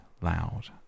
loud